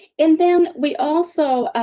and then we also,